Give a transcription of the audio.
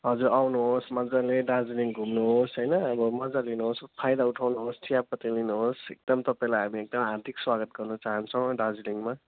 हजुर आउनुहोस् मजाले दार्जिलिङ घुम्नुहोस् होइन अब मजा लिनुहोस् फाइदा उठाउनुहोस् चियापत्ती लिनुहोस् एकदम तपाईँलाई हामी एकदम हार्दिक स्वागत गर्न चाहन्छौँ दार्जिलिङमा